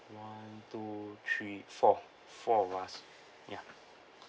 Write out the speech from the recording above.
one two three four four of us ya